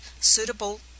suitable